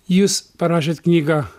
jūs parašėt knygą